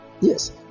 yes